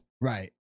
Right